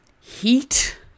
heat